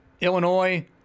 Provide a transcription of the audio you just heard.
Illinois